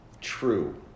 True